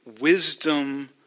wisdom